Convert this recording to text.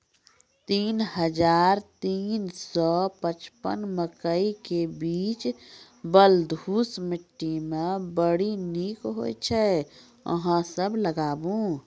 तीन हज़ार तीन सौ पचपन मकई के बीज बलधुस मिट्टी मे बड़ी निक होई छै अहाँ सब लगाबु?